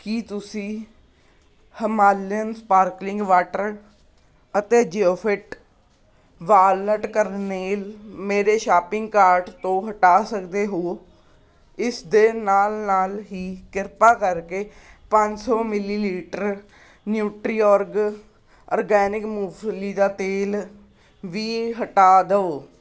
ਕੀ ਤੁਸੀਂ Himalayan sparkling water ਅਤੇ Zeofit walnut kernel ਮੇਰੇ ਸ਼ੋਪਿੰਗ ਕਾਰਟ ਤੋਂ ਹਟਾ ਸਕਦੇ ਹੋ ਇਸ ਦੇ ਨਾਲ ਨਾਲ ਹੀ ਕ੍ਰਿਪਾ ਕਰਕੇ ਪੰਜ ਸੌ ਮਿਲੀਲੀਟਰ ਨਿਉਟ੍ਰੀਓਰਗ ਆਰਗੈਨਿਕ ਮੂੰਗਫਲੀ ਦਾ ਤੇਲ ਵੀ ਹਟਾ ਦਿਓ